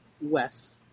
Wes